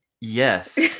yes